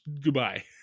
goodbye